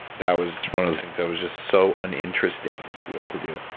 that was one of those things that was ah so uninteresting to be able to do.